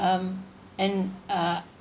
um and uh